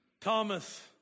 Thomas